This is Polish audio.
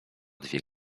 dwie